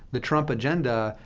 the trump agenda,